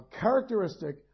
characteristic